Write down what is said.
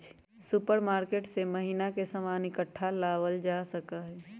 supermarket से महीना के सामान इकट्ठा लावल जा सका हई